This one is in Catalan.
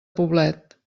poblet